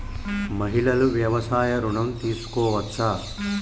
మహిళలు వ్యవసాయ ఋణం తీసుకోవచ్చా?